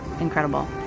Incredible